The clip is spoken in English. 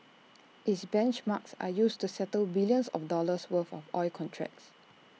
its benchmarks are used to settle billions of dollars worth of oil contracts